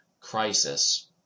crisis